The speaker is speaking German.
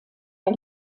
bei